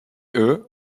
eux